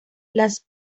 las